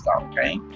okay